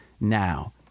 Now